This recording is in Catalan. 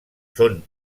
són